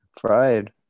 Fried